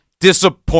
disappoint